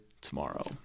tomorrow